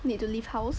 need to leave house